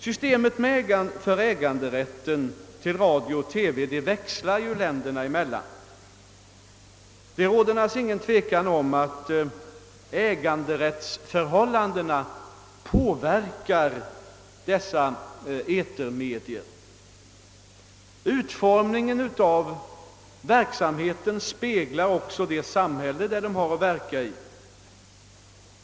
Systemet för äganderätten till radio och TV växlar länderna emellan. Det råder naturligtvis inte något tvivel om att äganderättsförhållandena påverkar dessa etermedia. Utformningen av deras verksamhet speglar också det samhälle de har att verka i.